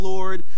Lord